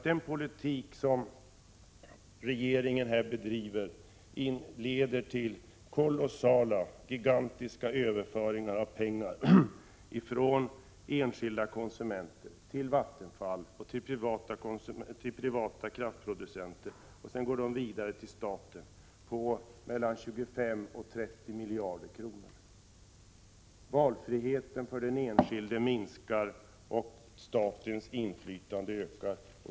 Den politik som regeringen för leder till kolossala, gigantiska överföringar av pengar från enskilda konsumenter till Vattenfall och privata kraftproducenter. Sedan går de vidare till staten. Det rör sig om mellan 25 och 30 miljarder kronor. Valfriheten för den enskilde minskar, och statens inflytande ökar.